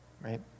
right